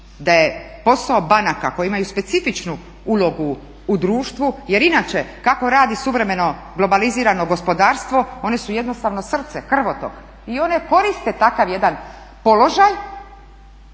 da je posao banaka koje imaju specifičnu ulogu u društvu, jer inače kako radi suvremeno globalizirano gospodarstvo one su jednostavno srce, krvotok i one koriste takav jedan položaj